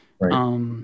Right